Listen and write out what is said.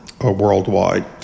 worldwide